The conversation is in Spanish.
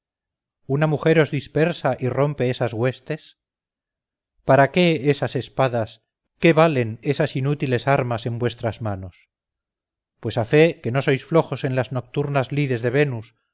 una mujer os dispersa y rompe esas huestes para qué esas espadas qué valen esas inútiles armas en vuestras manos pues a fe que no sois flojos en las nocturnas lides de venus